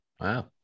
Wow